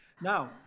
Now